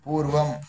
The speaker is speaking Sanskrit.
पूर्वम्